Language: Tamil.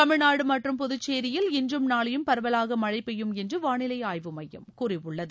தமிழ்நாடு மற்றும் புதுச்சேரியில் இன்றும் நாளையும் பரவலாக மழை பெய்யும் என்று வானிலை ஆய்வு மையம் கூறியுள்ளது